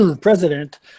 president